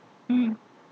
mm